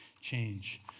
change